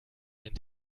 ein